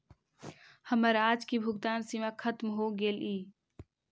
हमर आज की भुगतान सीमा खत्म हो गेलइ